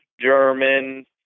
German